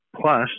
Plus